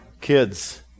kids